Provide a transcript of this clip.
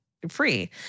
free